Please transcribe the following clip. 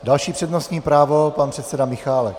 Další přednostní právo pan předseda Michálek.